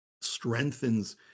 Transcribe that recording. strengthens